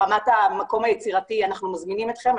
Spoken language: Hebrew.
ברמת המקום היצירתי, אנחנו מזמינים אתכם.